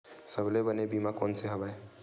सबले बने बीमा कोन से हवय?